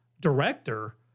director